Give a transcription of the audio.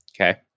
okay